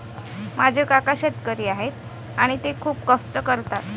माझे काका शेतकरी आहेत आणि ते खूप कष्ट करतात